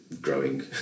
growing